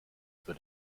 für